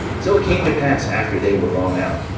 so it came to pass after they were gone out,